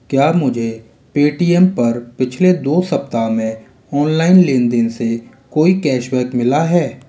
क्या मुझे पेटीएम पर पिछले दो सप्ताह में ऑनलाइन लेन देन से कोई कैशबैक मिला है